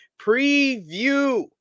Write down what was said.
preview